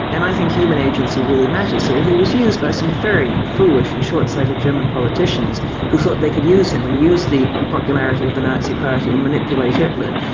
and i think human agency really matters, so he was used by some very foolish and shortsighted german politicians who thought they could use him, and use the popularity of the nazi party and manipulate hitler,